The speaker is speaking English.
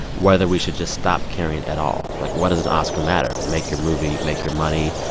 whether we should just stop caring at all. like, what does oscar matter? make your movie. make your money.